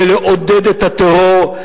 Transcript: כדי לעודד את הטרור,